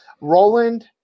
Roland